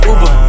Uber